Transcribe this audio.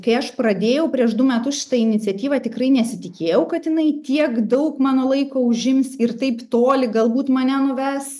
kai aš pradėjau prieš du metus šitą iniciatyvą tikrai nesitikėjau kad jinai tiek daug mano laiko užims ir taip toli galbūt mane nuves